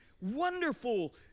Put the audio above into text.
wonderful